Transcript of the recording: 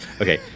okay